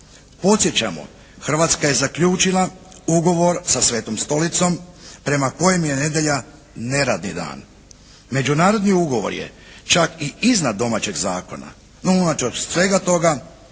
Podsjećamo, Hrvatska je zaključila ugovor sa Svetom stolicom prema kojem je nedjelja neradni dan. Međunarodni ugovor je čak i iznad domaćeg zakona, no unatoč svega toga